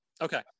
Okay